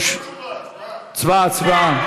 לא תשובה, הצבעה.